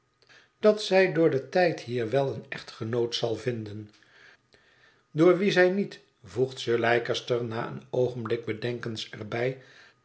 dat zij door den tijd hier wel een echtgenoot zal vinden door wien zij niet voegt sir leicester na een oogenblik bedenkens er bij